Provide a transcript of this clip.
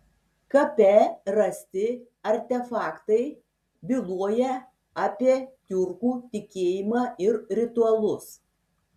kape rasti artefaktai byloja apie tiurkų tikėjimą ir ritualus